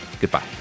Goodbye